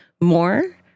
more